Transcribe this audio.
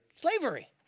Slavery